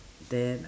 then